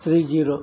three zero